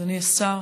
אדוני השר,